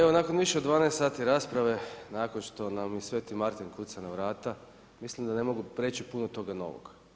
Evo nakon više od 12 sati rasprave nakon što nam i Sveti Martin kuca na vrata mislim da ne mogu reći puno toga novog.